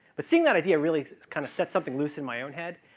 but seeing that idea really, it's kind of set something loose in my own head